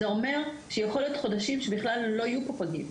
זה אומר שיכולים להיות חודשים שבכלל לא יהיו פה פגים.